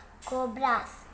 Cobras